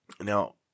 Now